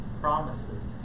promises